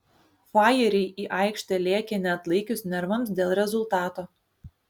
fajeriai į aikštę lėkė neatlaikius nervams dėl rezultato